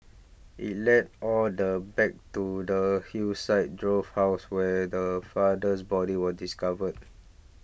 it led all the back to the Hillside Drove house where the father's body were discovered